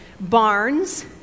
barns